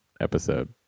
episode